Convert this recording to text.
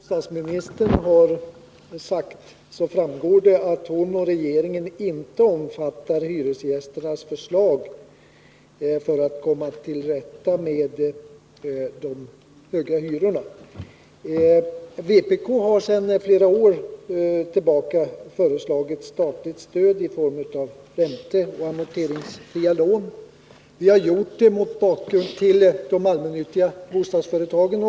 Herr talman! Av vad bostadsministern sagt framgår att hon och regeringen inte omfattar hyresgästernas förslag för att komma till rätta med de höga hyrorna. Vpk har under flera år föreslagit statligt stöd i form av ränteoch amorteringsfria lån till de allmännyttiga bostadsföretagen.